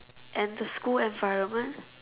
and the school environment